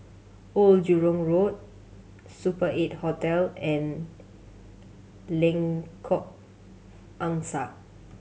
Old Jurong Road Super Eight Hotel and Lengkok Angsa